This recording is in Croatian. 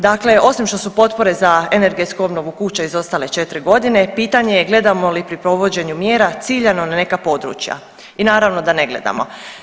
Dakle, osim što su potpore za energetsku obnovu kuća izostale 4.g. pitanje je gledamo li pri provođenju mjera ciljano na neka područja i naravno da ne gledamo.